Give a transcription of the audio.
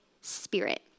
spirit